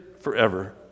forever